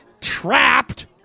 trapped